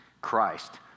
Christ